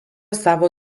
savo